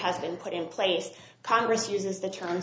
has been put in place congress uses the term